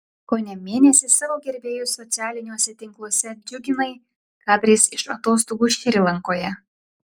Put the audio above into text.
kone mėnesį savo gerbėjus socialiniuose tinkluose džiuginai kadrais iš atostogų šri lankoje